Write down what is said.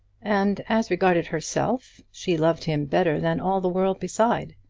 and, as regarded herself, she loved him better than all the world beside.